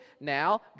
now